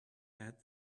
had